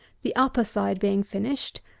the upper side being finished,